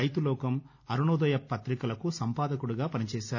రైతులోకం అరుణోదయ ప్రతికలకు సంపాదకుడిగా పనిచేశారు